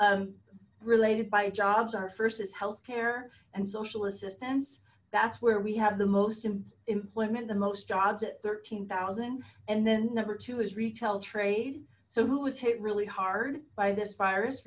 related by jobs our first is health care and social assistance that's where we have the most employment the most jobs at thirteen thousand and then number two is retail trade so who was hit really hard by this virus